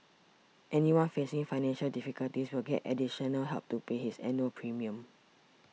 anyone facing financial difficulties will get additional help to pay his annual premium